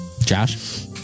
Josh